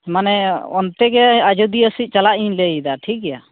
ᱢᱟᱱᱮ ᱚᱱᱛᱮ ᱜᱮ ᱟᱡᱚᱫᱤᱭᱟᱹ ᱥᱮᱫ ᱪᱟᱞᱟᱜ ᱤᱧ ᱞᱟᱹᱭᱮᱫᱟ ᱴᱷᱤᱠ ᱜᱮᱭᱟ